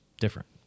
different